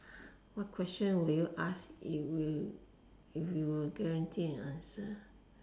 what question would you ask if if you were guaranteed an answer